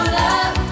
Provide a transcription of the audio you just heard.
love